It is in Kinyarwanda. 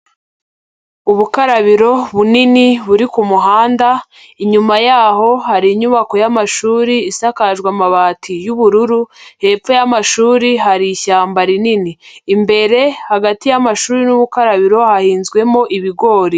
Ubukarabiro bunini buri ku muhanda, inyuma yaho hari inyubako y'amashuri isakajwe amabati y'ubururu, hepfo y'amashuri hari ishyamba rinini, imbere hagati y'amashuri n'ubukarabiro hahinzwemo ibigori.